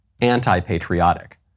anti-patriotic